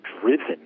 driven